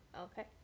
okay